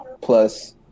Plus